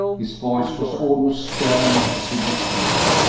his voice was almost stern as he resumed.